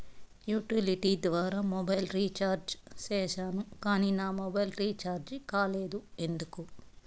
Utility ద్వారా mobile recharge సేసాను కానీ నా మొబైల్ రీచార్జి కాలేదు ఎందుకు?